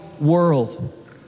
world